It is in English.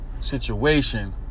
situation